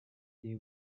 they